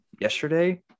yesterday